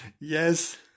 Yes